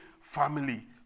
family